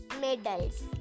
medals